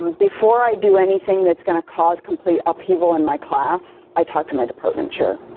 before i do anything that's going to cause complete upheaval in my class i talk to my department chair.